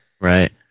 right